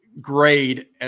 Grade